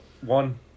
one